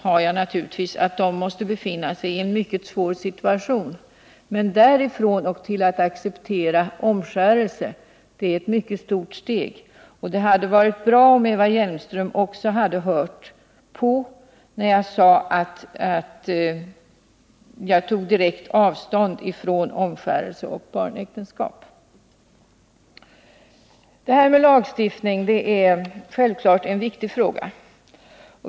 Jag har naturligtvis förståelse för att de måste befinna sig i en mycket svår situation, men därifrån till att acceptera omskärelse är det ett mycket långt steg. Det hade därför varit bra om Eva Hjelmström också hade hört på när jag sade att jag tar direkt avstånd från omskärelse och barnäktenskap. Frågan om en särskild lagstiftning är givetvis viktig.